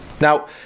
Now